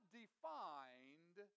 defined